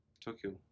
Tokyo